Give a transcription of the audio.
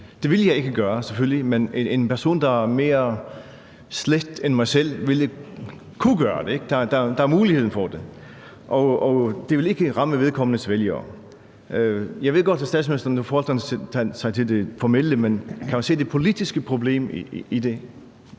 selvfølgelig ikke gøre, men en person, der er mere slet end mig, ville kunne gøre det; der er mulighed for det. Og det vil ikke ramme vedkommendes vælgere. Jeg ved godt, at statsministeren forholder sig til det formelle, men kan hun se det politiske problem i det?